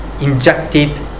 injected